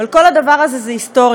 אבל כל הדבר הזה זה היסטוריה,